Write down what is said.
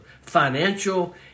financial